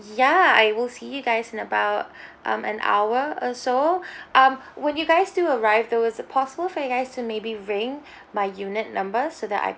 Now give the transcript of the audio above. ya I will see you guys in about um an hour or so um when you guys do arrive though is it possible for you guys to maybe ring my unit number that I could